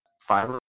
five